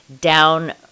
down